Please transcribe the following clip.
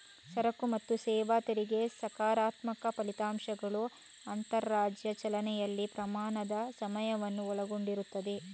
ಸರಕು ಮತ್ತು ಸೇವಾ ತೆರಿಗೆ ಸಕಾರಾತ್ಮಕ ಫಲಿತಾಂಶಗಳು ಅಂತರರಾಜ್ಯ ಚಲನೆಯಲ್ಲಿನ ಪ್ರಯಾಣದ ಸಮಯವನ್ನು ಒಳಗೊಂಡಿರುತ್ತದೆ